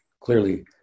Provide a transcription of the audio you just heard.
clearly